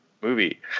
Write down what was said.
movie